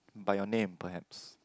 by your name perhaps